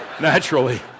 naturally